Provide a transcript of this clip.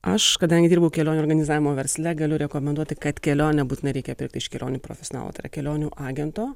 aš kadangi dirbu kelionių organizavimo versle galiu rekomenduoti kad kelionę būtinai reikia pirkti iš kelionių profesionalo tai yra kelionių agento